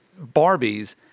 Barbies